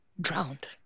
drowned